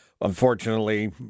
unfortunately